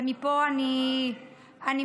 ומפה אני מבקשת,